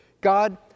god